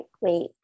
wait